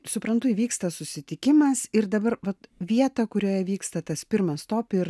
suprantu įvyksta susitikimas ir dabar vat vietą kurioje vyksta tas pirmas stop ir